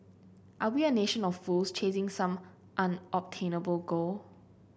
are we a nation of fools chasing some unobtainable goal